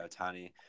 Otani